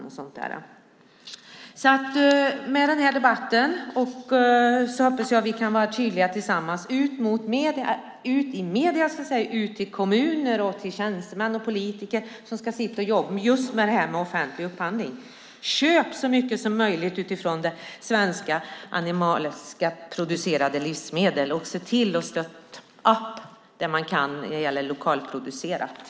I och med denna debatt hoppas jag att vi kan vara tydliga till medierna och till kommunernas politiker och tjänstemän som ska upphandla. Köp så mycket svenska livsmedel som möjligt och stötta det lokalproducerade i möjligaste mån!